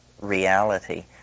reality